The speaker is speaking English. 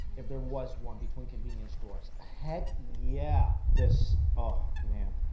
if there was one between convenience stores. heck yeah this, oh, man